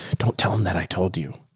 don't tell him that. i told you.